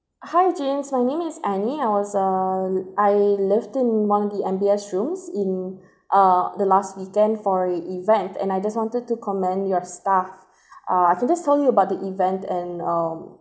hi james my name is annie I was uh I lived in one the M_B_S room in uh the last weekend for a event and I just wanted to comment your staff uh I can just tell you about the event and um